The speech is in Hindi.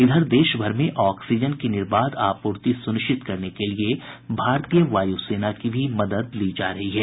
इधर देश भर में ऑक्सीजन की निर्बाध आपूर्ति सुनिश्चित करने के लिये भारतीय वायुसेना की भी सेवा ली जा रही है